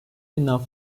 binden